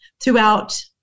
throughout